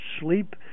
sleep